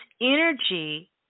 energy